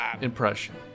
impression